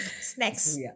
snacks